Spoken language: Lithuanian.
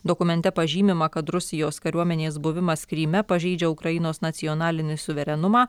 dokumente pažymima kad rusijos kariuomenės buvimas kryme pažeidžia ukrainos nacionalinį suverenumą